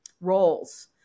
roles